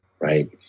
right